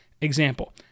example